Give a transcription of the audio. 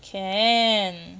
can